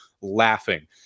laughing